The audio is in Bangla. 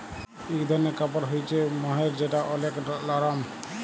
ইক ধরলের কাপড় হ্য়চে মহের যেটা ওলেক লরম